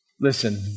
Listen